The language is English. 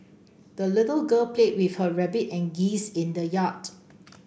the little girl played with her rabbit and geese in the yard